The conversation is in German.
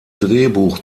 drehbuch